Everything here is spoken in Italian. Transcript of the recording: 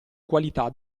qualità